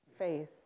faith